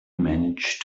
manage